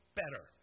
better